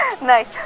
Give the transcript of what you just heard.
Nice